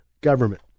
government